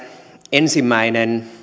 ensimmäinen